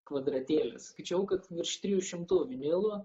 kvadratėlis skaičiavau kad virš trijų šimtų vinilų